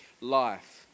Life